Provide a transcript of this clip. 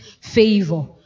favor